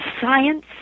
science